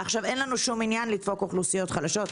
אין לנו שום עניין לדפוק אוכלוסיות חלשות,